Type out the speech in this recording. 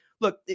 Look